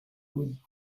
good